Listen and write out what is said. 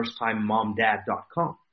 firsttimemomdad.com